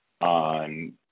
on